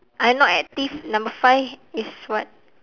I not active number five is what